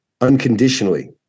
unconditionally